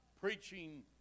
Preaching